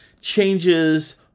changes